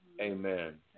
Amen